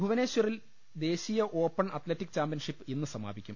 ഭുവനേശ്വറിൽ ദേശീയ open athletic championship ഇന്ന് സമാപിക്കും